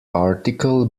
article